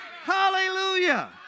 Hallelujah